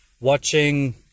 watching